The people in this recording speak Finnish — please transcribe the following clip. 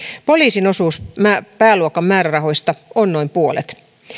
poliisin osuus pääluokan määrärahoista on noin puolet